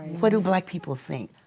what do black people think?